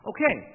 Okay